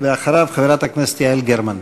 אחריו חברת הכנסת יעל גרמן.